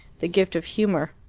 the gift of humour.